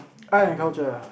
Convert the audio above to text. art and culture